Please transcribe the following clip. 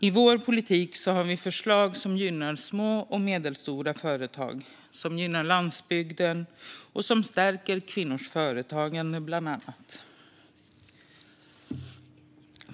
I vår politik har vi förslag som gynnar små och medelstora företag, som gynnar landsbygden och som stärker kvinnors företagande, bland annat.